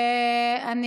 אני